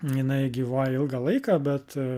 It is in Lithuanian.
jinai gyvuoja ilgą laiką bet